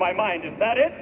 my mind is that i